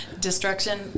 Destruction